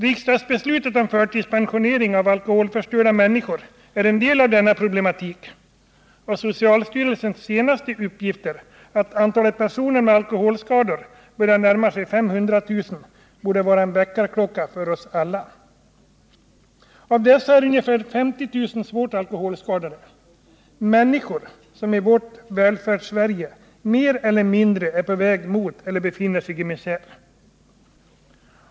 Riksdagsbeslutet om förtidspensionering av alkoholförstörda människor ären del av denna problematik — socialstyrelsens senaste uppgifter att antalet personer med alkoholskador börjar närma sig 500000 borde vara en väckarklocka för oss alla. Av dessa är ungefär 50 000 svårt alkoholskadade — det handlar alltså om människor som i vårt Välfärdssverige mer eller mindre är på väg mot eller befinner sig i misär.